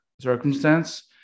circumstance